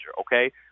okay